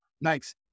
Nice